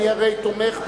אני הרי תומך בעמדתך.